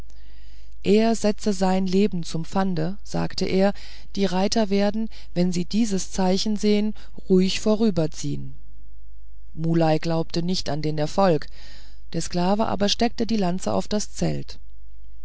er setze sein leben zum pfand sagte er die reiter werden wenn sie dieses zeichen sehen ruhig vorüberziehen muley glaubte nicht an den erfolg der sklave aber steckte die lanze auf das zelt